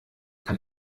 kann